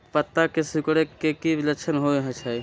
पत्ता के सिकुड़े के की लक्षण होइ छइ?